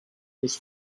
was